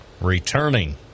returning